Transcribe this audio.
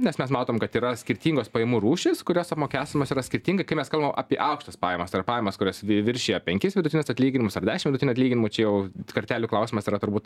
nes mes matom kad yra skirtingos pajamų rūšys kurios apmokestinamos yra skirtingai kai mes kalbam apie aukštas pajamas ar pajamas kurios vi viršija penkis vidutinius atlyginimus ar dešim vidutinių atlyginimų čia jau kartelių klausimas yra turbūt